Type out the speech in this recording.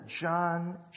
John